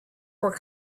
were